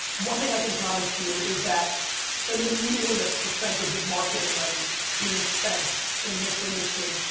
one thing i can promise you is that an enormous percentage of marketing money being spent in this industry,